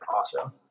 Awesome